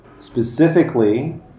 specifically